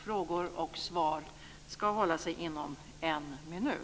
Frågor och svar ska hålla sig inom en minut.